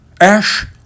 Ash